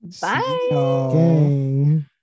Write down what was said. bye